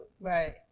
Right